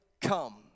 come